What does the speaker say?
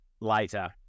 later